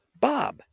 Bob